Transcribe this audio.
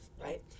right